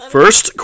First